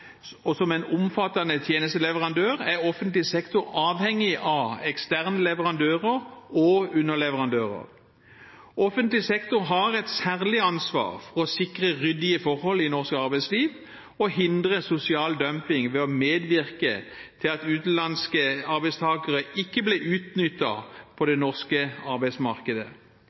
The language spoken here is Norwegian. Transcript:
og som en omfattende tjenesteleverandør er offentlig sektor avhengig av eksterne leverandører og underleverandører. Offentlig sektor har et særlig ansvar for å sikre ryddige forhold i norsk arbeidsliv og hindre sosial dumping ved å medvirke til at utenlandske arbeidstakere ikke blir utnyttet på det norske arbeidsmarkedet.